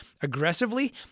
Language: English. aggressively